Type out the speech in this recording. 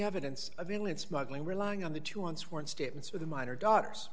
evidence of alien smuggling relying on the two on sworn statements for the minor daughters